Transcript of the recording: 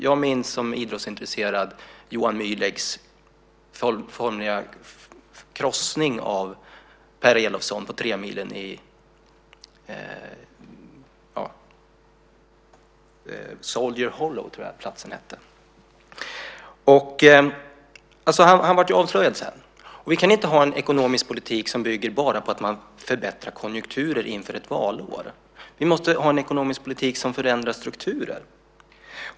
Jag minns som idrottsintresserad hur Johann Mühlegg formligen krossade Per Elofsson på tremilen i Soldier Hollow. Men han blev ju också avslöjad sedan. Vi kan inte ha en ekonomisk politik som bygger bara på att man förbättrar konjunkturen inför ett valår. Vi måste ha en ekonomisk politik som förändrar strukturen.